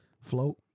float